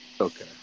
Okay